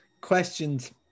questions